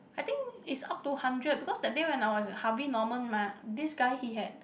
I think is up to hundred because that day when I was at Harvey Norman mah this guy he had